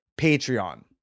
Patreon